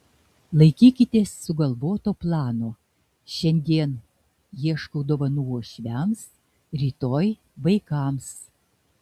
laikykitės sugalvoto plano šiandien ieškau dovanų uošviams rytoj vaikams